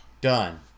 Done